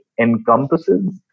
encompasses